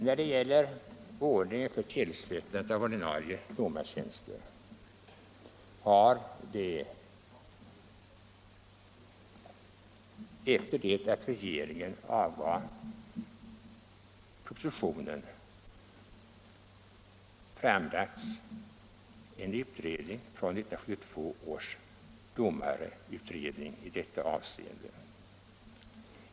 När det gäller ordningen för tillsättandet av ordinarie domartjänster har, efter det att regeringen avgav nu förevarande proposition, 1972 års domarutredning framlagt ett betänkande innehållande förslag bl.a. i dessa hänseenden.